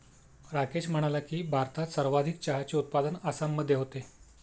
राकेश म्हणाला की, भारतात सर्वाधिक चहाचे उत्पादन आसाममध्ये होते